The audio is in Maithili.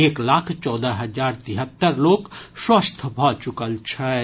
एक लाख चौदह हजार तिहत्तर लोक स्वस्थ भऽ चुकल छथि